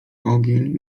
ogień